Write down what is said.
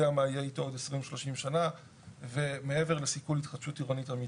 מה יהיה איתו עוד 20-30 שנה ומעבר לסיכול התחדשות עירונית אמיתית.